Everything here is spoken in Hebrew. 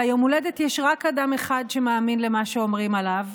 ביום הולדת יש רק אדם אחד שמאמין למה שאומרים עליו,